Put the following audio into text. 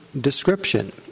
description